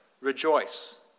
rejoice